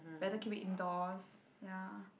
better keep it indoors ya